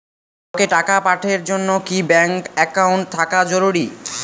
কাউকে টাকা পাঠের জন্যে কি ব্যাংক একাউন্ট থাকা জরুরি?